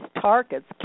targets